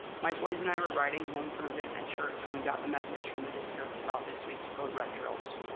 my boys and i were riding home from an event at church when we got the message from the district about this week's code red drills.